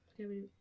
Okay